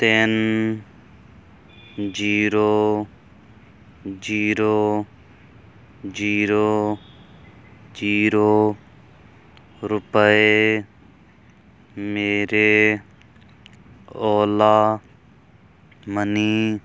ਤਿੰਨ zero zero zero zero ਰੁਪਏ ਮੇਰੇ ਓਲਾ ਮਨੀ